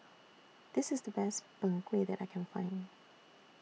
This IS The Best Png Kueh that I Can Find